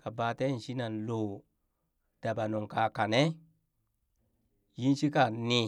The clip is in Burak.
kaba teen shinan loo daba nuŋ ka kane yinshika ni.